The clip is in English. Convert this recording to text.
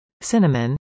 cinnamon